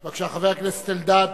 בבקשה, חבר הכנסת אלדד.